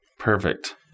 Perfect